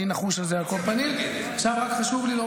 על כל פנים, אני נחוש על זה.